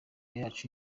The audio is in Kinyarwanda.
yacu